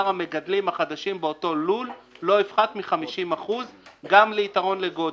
המגדלים החדשים באותו לול לא יפחת מ-50% גם ליתרון לגודל.